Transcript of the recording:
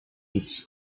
its